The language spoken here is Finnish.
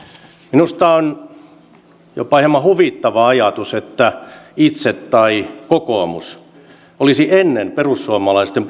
minusta on jopa hieman huvittava ajatus että itse olisin tai kokoomus olisi ennen perussuomalaisten